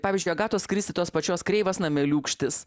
pavyzdžiui agatos kristi tos pačios kreivas nameliūkštis